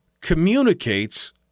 communicates